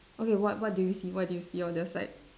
okay what what do you see what do you see on your side